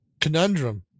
conundrum